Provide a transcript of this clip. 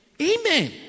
Amen